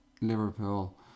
Liverpool